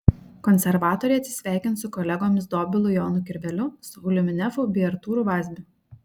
konservatoriai atsisveikins su kolegomis dobilu jonu kirveliu sauliumi nefu bei artūru vazbiu